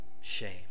shame